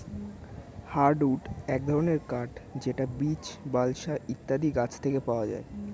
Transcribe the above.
hardwood এক ধরনের কাঠ যেটা বীচ, বালসা ইত্যাদি গাছ থেকে পাওয়া যায়